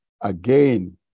again